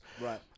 Right